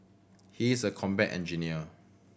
he is a combat engineer